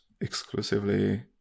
exclusively